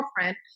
girlfriend